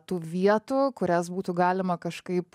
tų vietų kurias būtų galima kažkaip